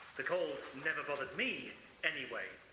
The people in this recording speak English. the cold never bothered me anyway.